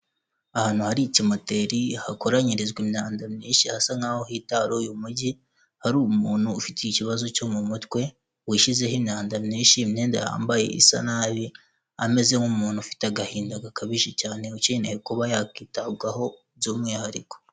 Ahantu hari ikimoteri hakoranyirizwa imyanda myinshi hasa nk'aho hitaruye umujyi, hari umuntu ufite ikibazo cyo mu mutwe wishyizeho imyanda myishi, imyenda yambaye isa nabi ameze nk'umuntu ufite agahinda gakabije cyane ukeneye kuba yakwitabwaho by'umwihariko.